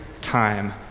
time